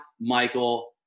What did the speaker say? michael